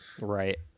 Right